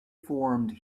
formed